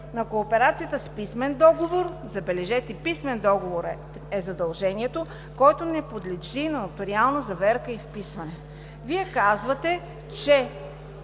на кооперацията с писмен договор, забележете, писмен договор е задължението, който не подлежи на нотариална заверка и вписване. Вие казвате, че